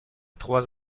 trois